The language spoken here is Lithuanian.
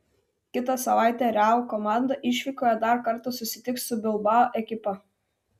kitą savaitę real komanda išvykoje dar kartą susitiks su bilbao ekipa